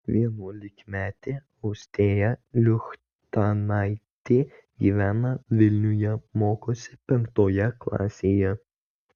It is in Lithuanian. vienuolikmetė austėja luchtanaitė gyvena vilniuje mokosi penktoje klasėje